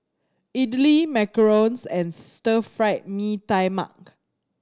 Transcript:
idly macarons and Stir Fried Mee Tai Mak